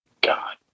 god